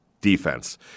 defense